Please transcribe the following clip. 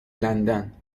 لندن